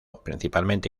principalmente